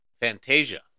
Fantasia